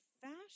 fashion